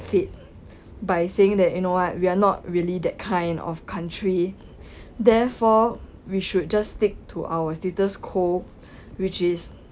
fate by saying that you know we are not really that kind of country therefore we should just stick to our status quo which is